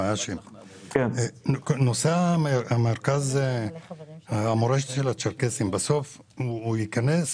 נושא מרכז מורשת הצ'רקסים, בסוף הוא ייכנס?